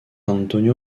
antonio